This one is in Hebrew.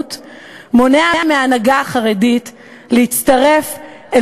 ועוינות מונע מההנהגה החרדית להצטרף אל